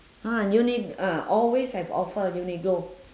!huh! uniq~ ah always have offer uniqlo